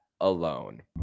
alone